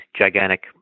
gigantic